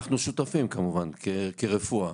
אנחנו שותפים כמובן כרפואה.